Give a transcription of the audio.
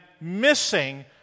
missing